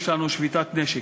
יש לנו שביתת נשק,